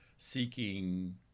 Seeking